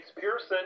Pearson